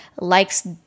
likes